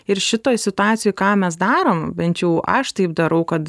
ir šitoj situacijoj ką mes darom bent jau aš taip darau kad